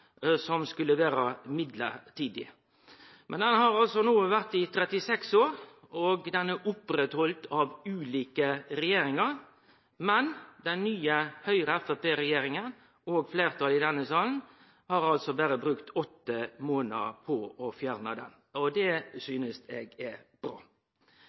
som skulle vere midlertidig. Den har nå vore i 36 år, og den har blitt opprettheldt av ulike regjeringar. Den nye Høgre–Framstegsparti-regjeringa og fleirtalet i denne salen har brukt berre åtte månader på å fjerne den. Det synest eg er bra.